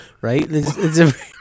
Right